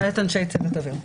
למעט אנשי צוות אוויר.